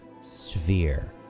sphere